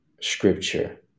scripture